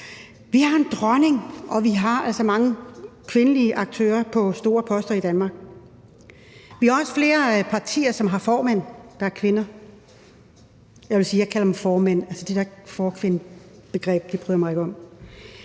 vi har en dronning, og vi har altså mange kvindelige aktører på store poster i Danmark. Vi har også flere partier, som har formænd, der er kvinder. Jeg vil sige, at jeg kalder dem formænd, for det der forkvindebegreb bryder jeg mig ikke om.